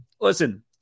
listen